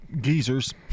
geezers